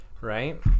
right